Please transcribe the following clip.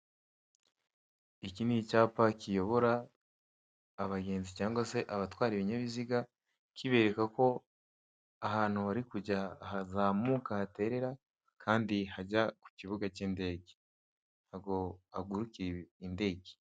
Iki ni icyapa kiyobora abagenzi cyangwa se abatwara ibinyabiziga. Kibereka ko ahantu bari kujya hazamuka haterera, kandi hajya kukibuga cy'indege, hagurukira indege.